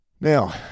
Now